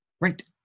Right